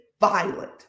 violent